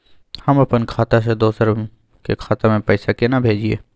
हम अपन खाता से दोसर के खाता में पैसा केना भेजिए?